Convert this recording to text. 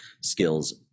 skills